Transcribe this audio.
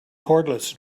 cordless